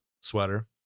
sweater